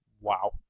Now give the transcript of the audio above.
Wow